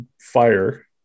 fire